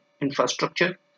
infrastructure